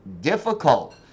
difficult